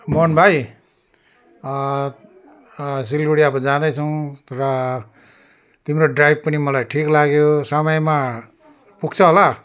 मोहन भाइ सिलगढी अब जाँदैछौँ र तिम्रो ड्राइभ पनि मलाई ठीक लाग्यो समयमा पुग्छ होला